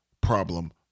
Problem